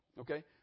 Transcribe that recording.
Okay